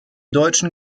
deutschen